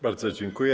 Bardzo dziękuję.